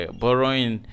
borrowing